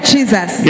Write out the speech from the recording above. Jesus